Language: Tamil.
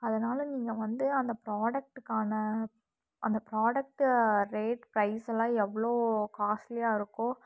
அதனால நீங்கள் வந்து அந்த ப்ரோடக்ட்டுக்கான அந்த ப்ரோடக்ட்டு ரேட் பிரைஸெல்லாம் எவ்வளோ காஸ்ட்லியாக இருக்கோ